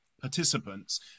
participants